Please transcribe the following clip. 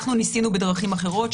אנחנו ניסינו בדרכים אחרות,